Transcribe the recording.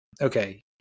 Okay